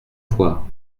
fois